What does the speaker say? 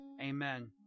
amen